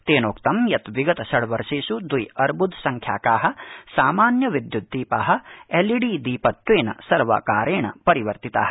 तेनोक्तम् यत् विगत षड्वर्षेषु द्वि अर्बुद संख्याका सामान्य विद्य्द्दीपा एलईडी दीपा अर्थकारेण परिवर्तिता